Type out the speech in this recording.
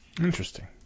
Interesting